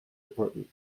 department